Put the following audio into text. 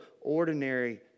ordinary